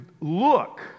look